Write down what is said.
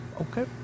Okay